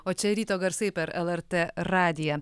o čia ryto garsai per lrt radiją